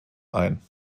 ein